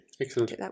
Excellent